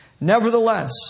Nevertheless